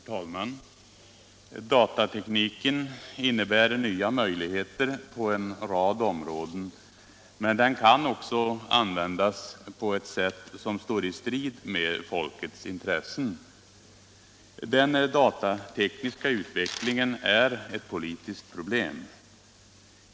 Herr talman! Datatekniken innebär nya möjligheter på en rad områden, men den kan också användas på ett sätt som står i strid med folkets intressen. Den datatekniska utvecklingen är ett politiskt problem.